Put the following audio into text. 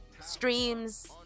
streams